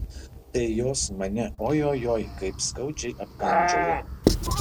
tai jos mane oi oi oi kaip skaudžiai apkandžiojo